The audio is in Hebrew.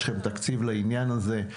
יש לכם תקציב לעניין הזה,